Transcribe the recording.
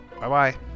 Bye-bye